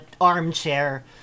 Armchair